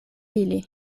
ili